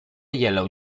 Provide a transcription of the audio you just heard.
yellow